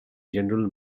general